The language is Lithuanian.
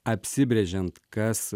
apsibrėžiant kas